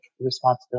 responsibility